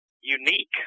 unique